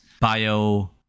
bio